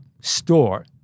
store